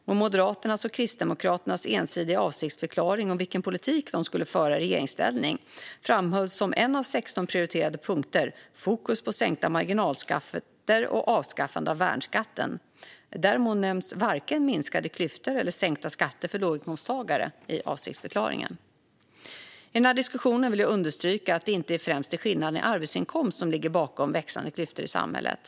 I Moderaternas och Kristdemokraternas ensidiga avsiktsförklaring om vilken politik de skulle föra i regeringsställning, framhölls som en av 16 prioriterade punkter "fokus på sänkta marginalskatter och avskaffande av värnskatten". Däremot nämns varken minskade klyftor eller sänkta skatter för låginkomsttagare i avsiktsförklaringen. I denna diskussion vill jag understryka att det inte främst är skillnader i arbetsinkomst som ligger bakom de växande klyftorna i samhället.